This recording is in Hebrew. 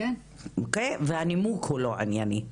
והנימוק הוא לא ענייני.